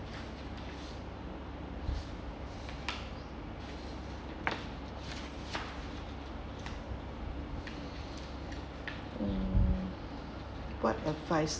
mm what advice